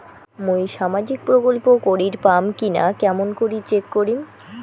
মুই সামাজিক প্রকল্প করির পাম কিনা কেমন করি চেক করিম?